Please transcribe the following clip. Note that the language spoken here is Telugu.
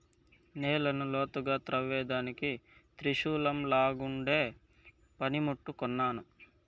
నేలను లోతుగా త్రవ్వేదానికి త్రిశూలంలాగుండే పని ముట్టు కొన్నాను